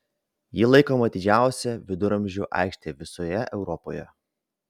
ji laikoma didžiausia viduramžių aikšte visoje europoje